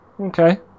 Okay